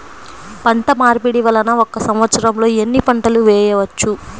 పంటమార్పిడి వలన ఒక్క సంవత్సరంలో ఎన్ని పంటలు వేయవచ్చు?